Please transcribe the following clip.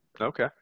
Okay